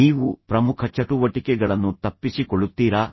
ನೀವು ಪ್ರಮುಖ ಚಟುವಟಿಕೆಗಳನ್ನು ತಪ್ಪಿಸಿಕೊಳ್ಳುತ್ತೀರಾ